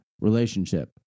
relationship